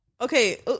Okay